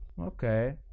Okay